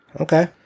okay